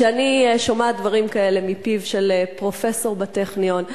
כשאני שומעת דברים כאלה מפיו של פרופסור בטכניון,